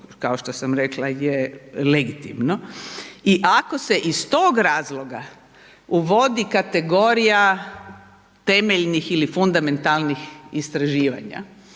kao što sam rekla je legitimno, i ako se iz tog razloga uvodi kategorija temeljnih ili fundamentalnih istraživanja